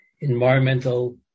environmental